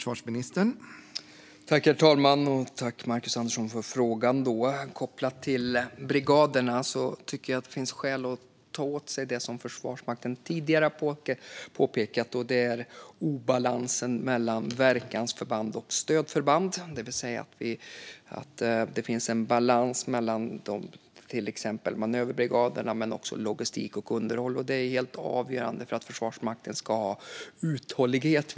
Herr talman! Tack, Marcus Andersson, för frågan! Kopplat till brigaderna tycker jag att det finns skäl att ta åt sig det som Försvarsmakten tidigare har påpekat, och det är obalansen mellan verkansförband och stödförband, det vill säga att det finns en balans mellan till exempel manöverbrigaderna men också när det gäller logistik och underhåll. Det är helt avgörande för att Försvarsmakten ska ha uthållighet.